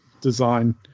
design